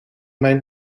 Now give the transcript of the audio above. mijn